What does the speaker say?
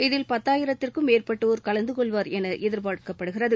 இதில் பத்தாயித்திற்கும் மேற்பட்டோர் கலந்துகொள்வார் என எதிர்பார்க்கப்படுகிறது